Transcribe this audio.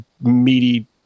meaty